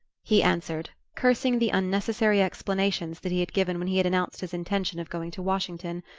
he answered, cursing the unnecessary explanations that he had given when he had announced his intention of going to washington,